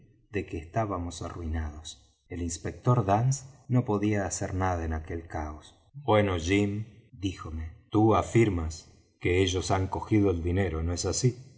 de que estábamos arruinados el inspector dance no podía hacer nada en aquel caos bueno jim díjome tú afirmas que ellos han cogido el dinero no es así